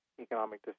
Economic